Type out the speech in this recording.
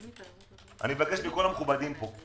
אני מבקש מכל המכובדים פה,